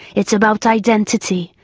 it's about identity,